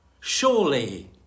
Surely